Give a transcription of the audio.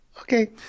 Okay